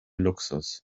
luxus